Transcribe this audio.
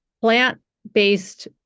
plant-based